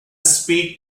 speak